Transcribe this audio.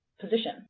position